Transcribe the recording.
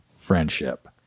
Friendship